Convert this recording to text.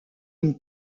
une